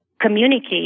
Communicate